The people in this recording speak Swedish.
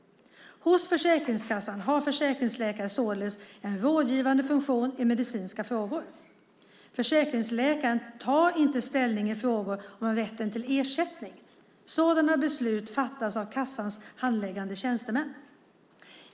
Hos Försäkringskassan har försäkringsläkaren således en rådgivande funktion i medicinska frågor. Försäkringsläkaren tar inte ställning i frågor om rätten till ersättning. Sådana beslut fattas av kassans handläggande tjänstemän.